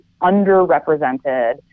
underrepresented